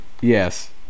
Yes